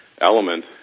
element